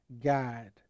guide